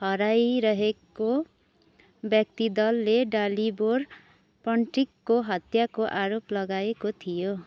हराइरहेको व्यक्ति दलले डालिबोर पन्टिकको हत्याको आरोप लगाएको थियो